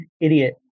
idiot